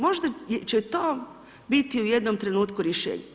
Možda će to biti u jednom trenutku rješenje.